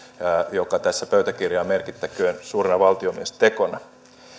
mikä tässä pöytäkirjaan merkittäköön suurena valtiomiestekona